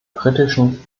britischen